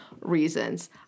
reasons